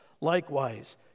Likewise